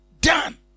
done